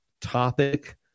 topic